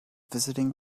visiting